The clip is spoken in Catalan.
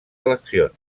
eleccions